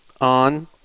on